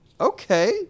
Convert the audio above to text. Okay